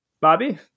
Bobby